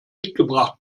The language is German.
mitgebracht